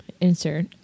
Insert